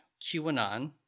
QAnon